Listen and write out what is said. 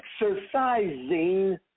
exercising